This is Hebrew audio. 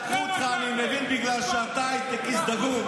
הרי אתה, לקחו אותך בגלל שאתה הייטקיסט דגול.